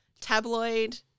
tabloid